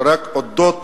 שרק הודות